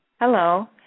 Hello